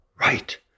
Right